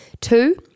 two